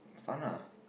fun lah